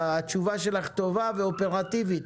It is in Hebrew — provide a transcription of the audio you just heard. התשובה שלך טובה ואופרטיבית.